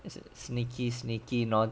it's a sneaky sneaky you know